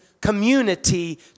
community